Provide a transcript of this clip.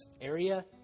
area